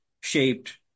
shaped